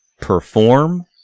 perform